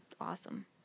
awesome